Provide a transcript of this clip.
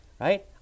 right